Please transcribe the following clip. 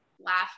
laugh